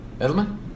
Edelman